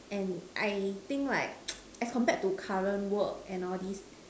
and I think like as compared to current work and all these